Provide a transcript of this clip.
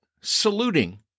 saluting